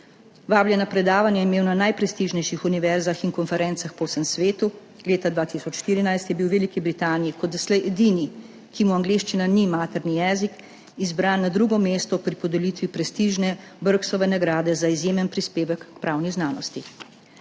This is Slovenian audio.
Vabljena predavanja je imel na najprestižnejših univerzah in konferencah po vsem svetu. Leta 2014 je bil v Veliki Britaniji kot doslej edini, ki mu angleščina ni materni jezik, izbran na drugo mesto pri podelitvi prestižne Birksove nagrade za izjemen prispevek k pravni znanosti.